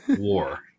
war